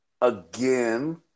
again